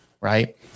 right